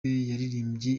yaririmbye